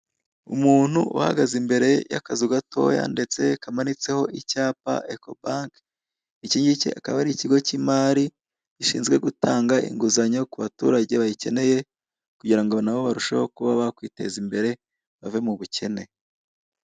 Umuntu uhagaze imbere yakazu gatoya ndetse kanitseho icyapa ecobanki, ikingiki akaba ari ikigo kimari gishizwe gutanga inguzanyo kubaturange bayicyeneye kurango nabo barusheho kuba bakwiteza imbere bave mubucyene.